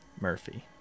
Murphy